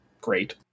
great